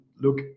look